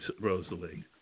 Rosalie